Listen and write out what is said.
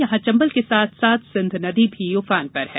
यहां चंबल के साथ साथ सिंध नदी भी उफान पर है